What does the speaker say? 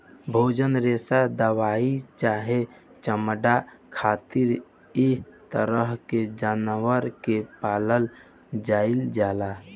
भोजन, रेशा दवाई चाहे चमड़ा खातिर ऐ तरह के जानवर के पालल जाइल जाला